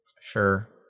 Sure